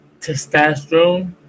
testosterone